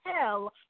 hell